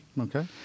okay